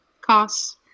costs